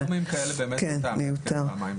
כן, בסכומים כאלה באמת סתם, פעמיים בשנה.